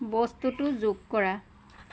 বস্তুটো যোগ কৰা